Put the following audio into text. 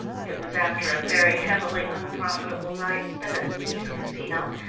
it was after a very heavily unprofitable night spent at the nice casino,